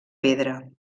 pedra